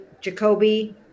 Jacoby